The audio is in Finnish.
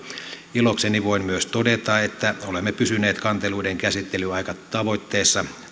ilokseni voin myös todeta että olemme pysyneet kanteluiden käsittelyaikatavoitteessa